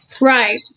Right